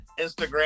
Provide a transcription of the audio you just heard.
Instagram